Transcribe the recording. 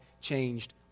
changed